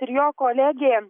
ir jo kolegė